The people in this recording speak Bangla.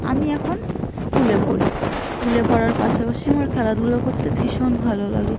আমি এখন স্কুলে পড়ি স্কুলে পড়ার পাশাপাশি আমার খেলাধুলো করতে ভীষণ ভালো লাগে